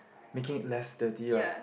making it less dirty lah